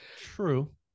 True